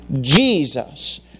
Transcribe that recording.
Jesus